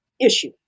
issue